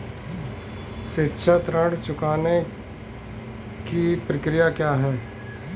शिक्षा ऋण चुकाने की प्रक्रिया क्या है?